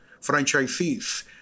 franchisees